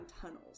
tunnels